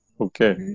Okay